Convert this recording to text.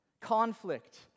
Conflict